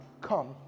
Come